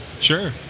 Sure